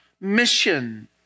mission